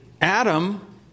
Adam